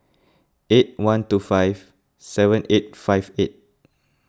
eight one two five seven eight five eight